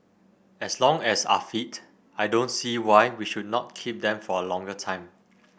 as long as are fit I don't see why we should not keep them for a longer time